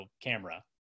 camera